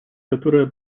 которая